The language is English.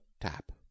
tap